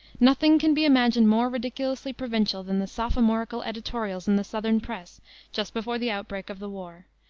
nothing can be imagined more ridiculously provincial than the sophomorical editorials in the southern press just before the outbreak of the war,